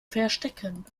verstecken